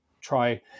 try